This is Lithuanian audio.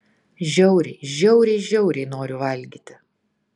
žiauriai žiauriai žiauriai noriu valgyti